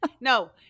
No